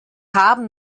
haben